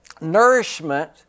nourishment